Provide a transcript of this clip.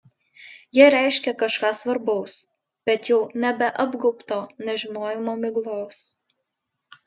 jie reiškė kažką svarbaus bet jau nebeapgaubto nežinojimo miglos